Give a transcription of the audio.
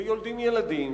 ויולדים ילדים,